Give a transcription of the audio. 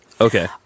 Okay